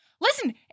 Listen